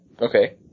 okay